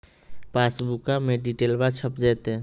पासबुका में डिटेल्बा छप जयते?